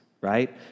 right